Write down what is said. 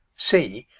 c.